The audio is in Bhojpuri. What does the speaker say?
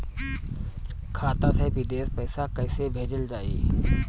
खाता से विदेश पैसा कैसे भेजल जाई?